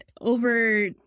over